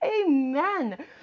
Amen